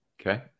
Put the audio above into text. Okay